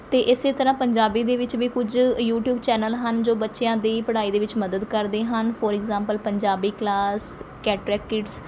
ਅਤੇ ਇਸੇ ਤਰ੍ਹਾਂ ਪੰਜਾਬੀ ਦੇ ਵਿੱਚ ਵੀ ਕੁਝ ਯੂਟਿਊਬ ਚੈਨਲ ਹਨ ਜੋ ਬੱਚਿਆਂ ਦੀ ਪੜ੍ਹਾਈ ਦੇ ਵਿੱਚ ਮਦਦ ਕਰਦੇ ਹਨ ਫੋਰ ਇਗਜਾਮਪਲ ਪੰਜਾਬੀ ਕਲਾਸ ਕੈਟਰੈਕਿਡਸ